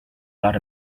got